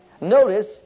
Notice